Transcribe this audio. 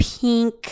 pink